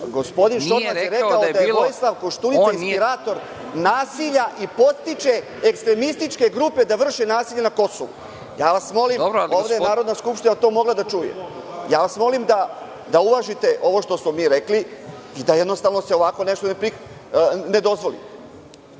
gospodin Šormaz je rekao da je Vojislav Koštunica inspirator nasilja i podstiče ekstremističke grupe da vrše nasilje na Kosovu. Ja vas molim, ovde je Narodna skupština to mogla da čuje. Ja vas molim da uvažite ovo što smo mi rekli i da se jednostavno ovako nešto ne dozvoli